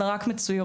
הן רק מצוירות,